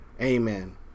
amen